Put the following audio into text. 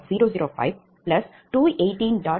335 0